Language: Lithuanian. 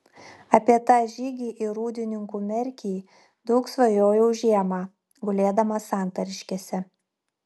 apie tą žygį į rūdninkų merkį daug svajojau žiemą gulėdamas santariškėse